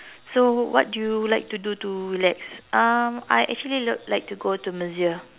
so what do you like to do to relax um I actually like like to go to masseuse